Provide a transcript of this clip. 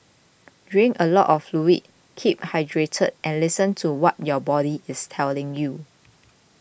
drink a lot of fluid keep hydrated and listen to what your body is telling you